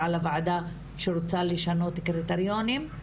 על הוועדה שרוצה לשנות את הקריטריונים,